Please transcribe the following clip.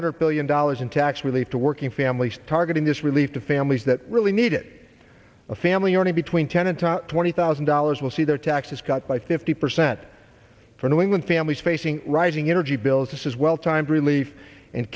hundred billion dollars in tax relief to working families targeting this relief to families that really need it a family earning between ten and twenty thousand dollars will see their taxes cut by fifty percent for new england families facing rising energy bills this is well timed relief and